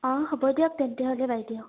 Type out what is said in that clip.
অঁ হ'ব দিয়ক তেন্তেহ'লে বাইদেউ